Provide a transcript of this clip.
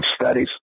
studies